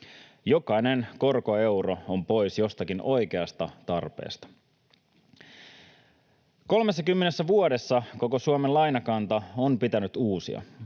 Jokainen korkoeuro on pois jostakin oikeasta tarpeesta. 30 vuodessa koko Suomen lainakanta on pitänyt uusia.